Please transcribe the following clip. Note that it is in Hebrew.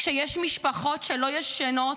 כשיש משפחות שלא ישנות,